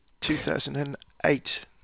2008